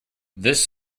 this